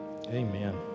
amen